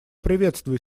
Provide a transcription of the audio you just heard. приветствую